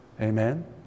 Amen